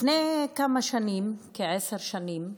לפני כמה שנים, כעשר שנים,